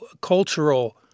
cultural